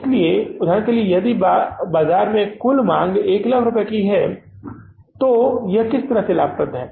इसलिए उदाहरण के लिए यदि बाजार में कुल मांग 100000 रुपये के लिए है तो यह किस तरह से लाभदायक है